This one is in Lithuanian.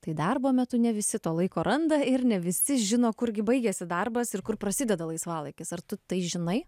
tai darbo metu ne visi to laiko randa ir ne visi žino kur gi baigiasi darbas ir kur prasideda laisvalaikis ar tu tai žinai